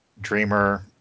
Dreamer